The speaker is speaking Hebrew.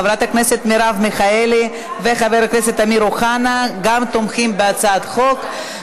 חברת הכנסת מרב מיכאלי וחבר הכנסת אמיר אוחנה גם הם תומכים בהצעת החוק.